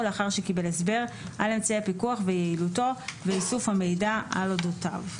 לאחר שקיבל הסבר על אמצעי הפיקוח ויעילותו ואיסוף המידע על אודותיו.